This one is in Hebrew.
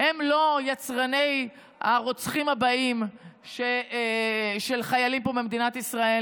הם לא יצרני הרוצחים הבאים של חיילים פה במדינת ישראל.